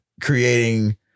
creating